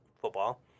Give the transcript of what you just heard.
football